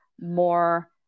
more